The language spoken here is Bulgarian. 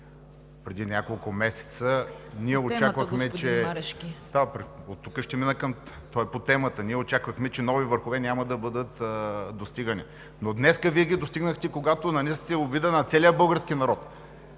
е по темата. Ние очаквахме, че нови върхове няма да бъдат достигани, но днес Вие ги достигнахте, когато нанесохте обида на целия български народ,